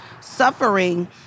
suffering